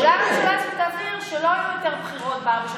אולי הממשלה הזו תעביר שלא יהיו יותר בחירות בעם,